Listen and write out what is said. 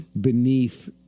beneath